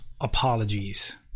apologies